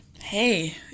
hey